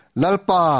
lalpa